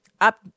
Up